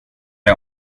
det